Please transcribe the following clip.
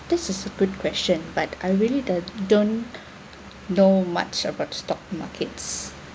this is a good question but I really don't don't know much about stock markets